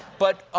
but